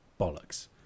bollocks